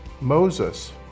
Moses